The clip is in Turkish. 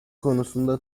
konusunda